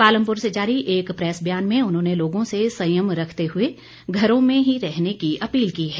पालमपुर से जारी एक प्रैस बयान में उन्होंने लोगों से संयम रखते हुए घरों में ही रहने की अपील की है